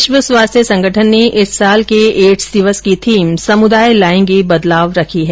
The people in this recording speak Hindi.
विश्व स्वास्थ्य संगठन ने इस साल के एड्स दिवस की थीम समुदाय लाएंगे बदलाव रखी है